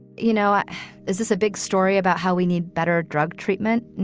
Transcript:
you know is this a big story about how we need better drug treatment?